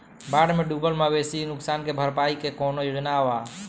बाढ़ में डुबल मवेशी नुकसान के भरपाई के कौनो योजना वा?